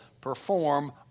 perform